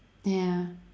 ya